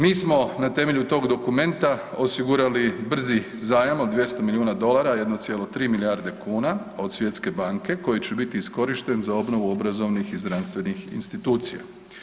Mi smo na temelju tog dokumenta osigurali brzi zajam od 200 milijuna dolara 1,3 milijarde kuna od Svjetske banke koji će biti iskorišten za obnovu obrazovnih i zdravstvenih institucija.